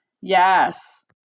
Yes